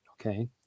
Okay